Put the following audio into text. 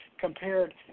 compared